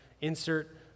insert